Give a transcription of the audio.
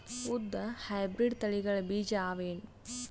ಉದ್ದ ಹೈಬ್ರಿಡ್ ತಳಿಗಳ ಬೀಜ ಅವ ಏನು?